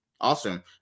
Awesome